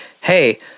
hey